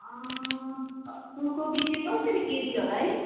फुलकोपी चाहिँ कसरी केजी होला है